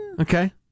Okay